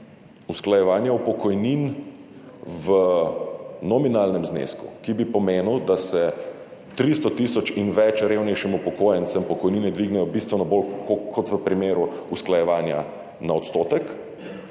usklajevanja pokojnin v nominalnem znesku, ki bi pomenil, da se 300 tisoč in več revnejšim upokojencem pokojnine dvignejo bistveno bolj kot v primeru usklajevanja na odstotek,